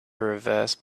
reverse